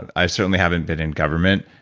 and i certainly haven't been in government,